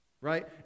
Right